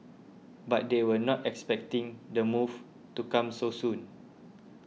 but they were not expecting the move to come so soon